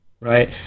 right